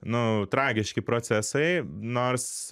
nu tragiški procesai nors